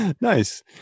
Nice